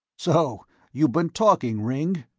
so you've been talking, ringg?